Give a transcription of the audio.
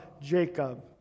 Jacob